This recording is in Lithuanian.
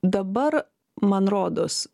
dabar man rodos